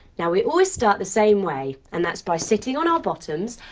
now we always start the same way. and that's by sitting on our bottoms,